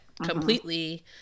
completely